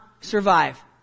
survive